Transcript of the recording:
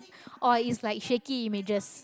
or is like shaky images